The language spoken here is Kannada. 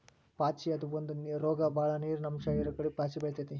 ಪಾಚಿ ಅದು ಒಂದ ರೋಗ ಬಾಳ ನೇರಿನ ಅಂಶ ಇರುಕಡೆ ಪಾಚಿ ಬೆಳಿತೆತಿ